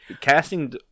casting